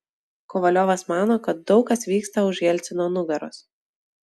kovaliovas mano kad daug kas vyksta už jelcino nugaros